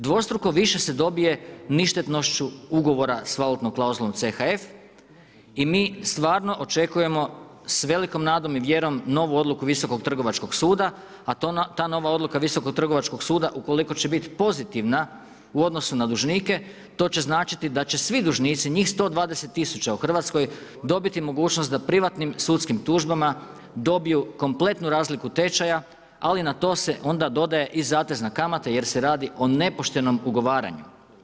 Dvostruko više se dobije ništetnošću ugovora sa valutnom klauzulom CHF i mi stvarno očekujemo sa velikom nadom i vjerom novu odluku Visokog trgovačkog suda, a ta nova odluka Visokog trgovačkog suda ukoliko će biti pozitivna u odnosu na dužnike to će značiti da će svi dužnici, njih 120 tisuća u Hrvatskoj dobiti mogućnost da privatnim sudskim tužbama dobiju kompletnu razliku tečaja, ali na to se onda dodaje i zatezna kamata jer se radi o nepoštenom ugovaranju.